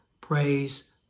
praise